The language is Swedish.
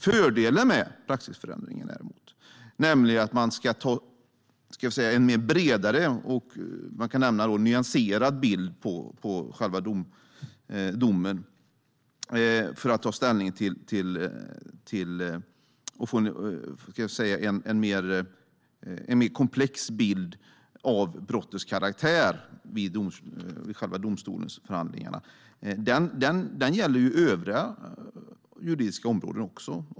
Fördelen med praxisförändringen är att man tar ett bredare och mer nyanserat grepp när det gäller själva domen för att få en mer komplex bild av brottets karaktär vid domstolsförhandlingarna, och det gäller övriga juridiska områden också.